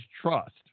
trust